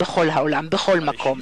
בכל העולם, בכל מקום.